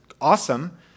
awesome